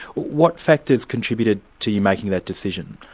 what factors contributed to you making that decision?